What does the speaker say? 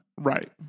Right